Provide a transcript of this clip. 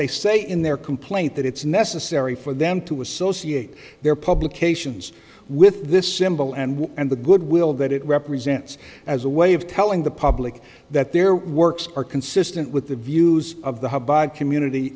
they say in their complaint that it's necessary for them to associate their publications with this symbol and what and the goodwill that it represents as a way of telling the public that their works are consistent with the views of the community